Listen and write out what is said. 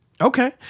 Okay